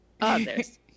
others